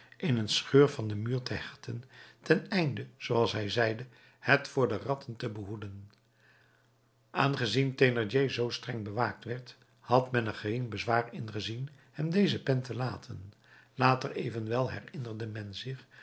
in een scheur van den muur te hechten ten einde zooals hij zeide het voor de ratten te behoeden aangezien thénardier zoo streng bewaakt werd had men er geen bezwaar in gezien hem deze pen te laten later evenwel herinnerde men zich